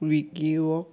বিক্কিক